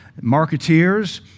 marketeers